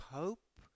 hope